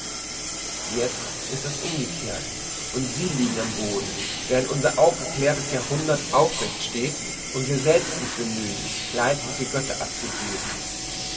jezt ist das umgekehrt und sie liegen im boden während unser aufgeklärtes jahrhundert aufrecht steht und wir selbst uns bemühen leidliche götter abzugeben